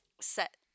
set